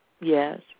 Yes